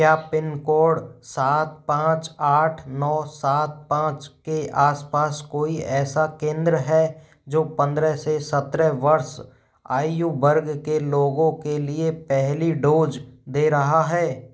क्या pin code सात पाँच आठ नौ सात पाँच के आस पास कोई ऐसा केंद्र है जो पंद्रह से सत्रह वर्ष आयु वर्ग के लोगों के लिए पहली डोज दे रहा है